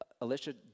Alicia